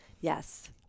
Yes